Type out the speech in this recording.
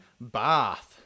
Bath